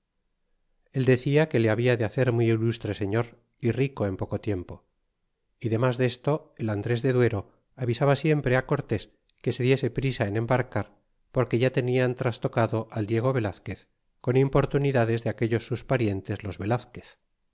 e decia que le habla de hacer muy ilustre señor é rico en poco tiempo y denlas desto el andres de duero avisaba siempre cortés que se diese priesa en embarcar porque ya tenian trastrocado al diego velazquez con importunidades de aquellos sus parientes los velazquez